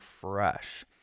fresh